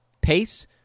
pace